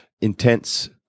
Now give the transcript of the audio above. intense